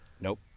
Nope